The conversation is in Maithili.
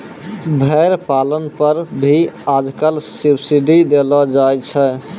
भेड़ पालन पर भी आजकल सब्सीडी देलो जाय छै